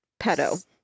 Pedo